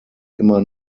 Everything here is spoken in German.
immer